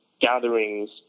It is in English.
gatherings